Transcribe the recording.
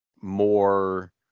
more